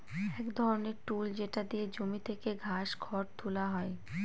এক ধরনের টুল যেটা দিয়ে জমি থেকে ঘাস, খড় তুলা হয়